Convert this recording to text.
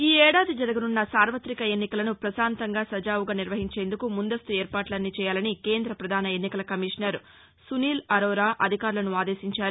ఈఏడాది జరగనున్న సార్వతిక ఎన్నికలను పశాంతంగా సజావుగా నిర్వహించేందుకు ముందస్తు ఏర్పాట్లన్నీ చేయాలని కేంద ప్రధాన ఎన్నికల కమిషనర్ సునీల్ అరోరా అధికారులను ఆదేశించారు